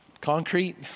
concrete